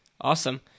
Awesome